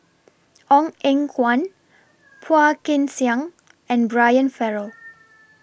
Ong Eng Guan Phua Kin Siang and Brian Farrell